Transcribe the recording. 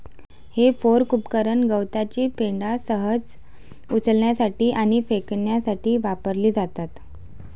हे फोर्क उपकरण गवताची पेंढा सहज उचलण्यासाठी आणि फेकण्यासाठी वापरली जातात